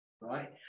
right